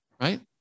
right